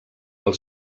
als